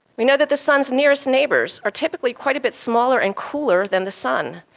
we know that the sun's nearest neighbours are typically quite a bit smaller and cooler than the sun.